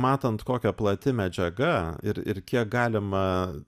matant kokia plati medžiaga ir ir kiek galima